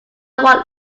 want